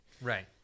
right